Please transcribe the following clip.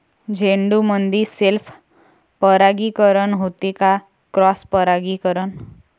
झेंडूमंदी सेल्फ परागीकरन होते का क्रॉस परागीकरन?